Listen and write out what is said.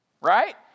Right